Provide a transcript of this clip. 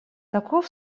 таков